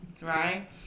right